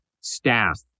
staff